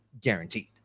Guaranteed